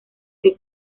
que